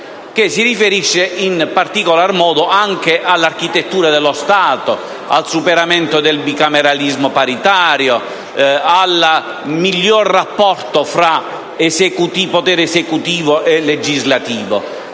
che si riferisce in particolar modo all’architettura dello Stato, al superamento del bicameralismo paritario, al migliore rapporto fra potere esecutivo e legislativo,